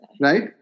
right